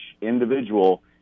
individual